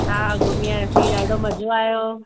हा घुमी आयासीं ॾाढो मज़ो आयो